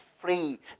free